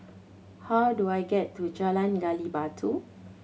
how do I get to Jalan Gali Batu